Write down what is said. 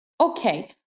Okay